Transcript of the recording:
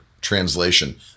translation